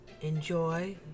enjoy